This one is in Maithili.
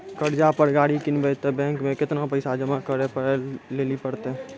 कर्जा पर गाड़ी किनबै तऽ बैंक मे केतना पैसा जमा करे लेली पड़त?